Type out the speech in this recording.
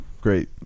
Great